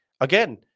again